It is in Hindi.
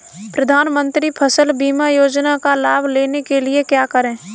प्रधानमंत्री फसल बीमा योजना का लाभ लेने के लिए क्या करें?